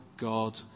God